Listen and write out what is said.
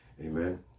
Amen